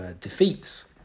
defeats